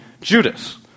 Judas